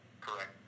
Correct